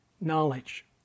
knowledge